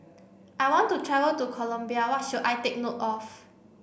I want to travel to Colombia What should I take note of